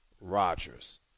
Rodgers